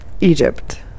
egypt